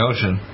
Ocean